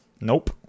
Nope